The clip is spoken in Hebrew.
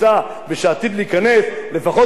לפחות מדינת ישראל תדע עם מי יש לה עסק.